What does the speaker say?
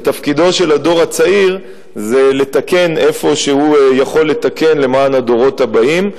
ותפקידו של הדור הצעיר לתקן איפה שהוא יכול לתקן למען הדורות הבאים.